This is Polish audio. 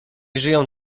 żyją